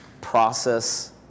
process